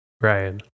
ryan